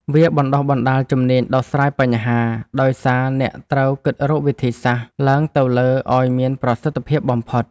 វាបណ្ដុះបណ្ដាលជំនាញដោះស្រាយបញ្ហា ដោយសារអ្នកត្រូវគិតរកវិធីសាស្ត្រឡើងទៅលើឱ្យមានប្រសិទ្ធភាពបំផុត។